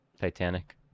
Titanic